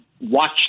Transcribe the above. watch